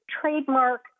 trademark